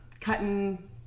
cutting